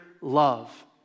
love